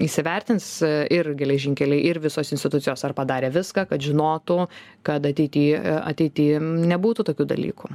įsivertins ir geležinkeliai ir visos institucijos ar padarė viską kad žinotų kad ateity ateity nebūtų tokių dalykų